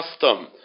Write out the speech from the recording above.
custom